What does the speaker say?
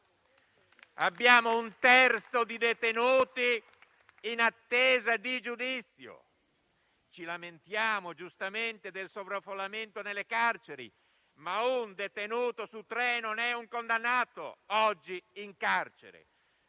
Un terzo dei detenuti è in attesa di giudizio. Ci lamentiamo giustamente del sovraffollamento nelle carceri, ma un detenuto su tre oggi in carcere